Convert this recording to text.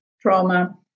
trauma